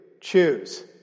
choose